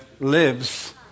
lives